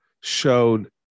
showed